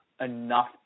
enough